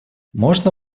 можно